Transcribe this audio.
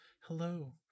Hello